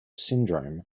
syndrome